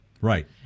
Right